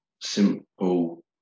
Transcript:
simple